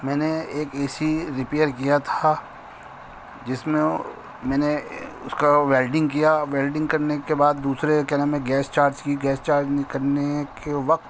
میں نے ایک اے سی ریپیئر کیا تھا جس میں میں نے اس کا ویلڈنگ کیا ویلڈنگ کرنے کے بعد دوسرے کیا نام ہے گیس چارج کی گیس چارج نہیں کرنے کے وقت